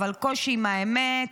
אבל קושי עם האמת,